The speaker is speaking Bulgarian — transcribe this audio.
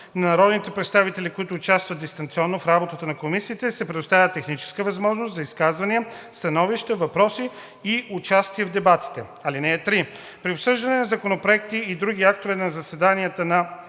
народните представители, които участват дистанционно в работата на комисиите, се предоставя техническа възможност за изказвания, становища, въпроси и участие в дебатите. (3) При обсъждане на законопроекти и други актове на заседанията на